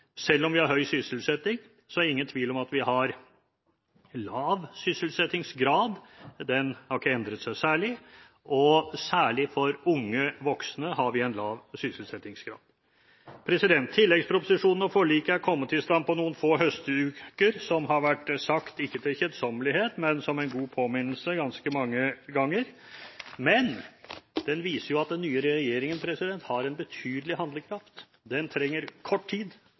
Selv om vi har høy sysselsetting, er det ingen tvil om at vi har lav sysselsettingsgrad. Den har ikke endret seg særlig, og særlig for unge voksne har vi en lav sysselsettingsgrad. Tilleggsproposisjonen og forliket har kommet i stand i løpet av noen få høstuker, som det har vært sagt – ikke til kjedsommelighet, men som en god påminnelse – ganske mange ganger. Men det viser at den nye regjeringen har betydelig handlekraft, den trenger kort tid